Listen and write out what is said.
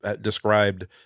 described